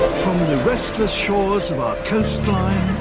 from the restless shores of our coastline,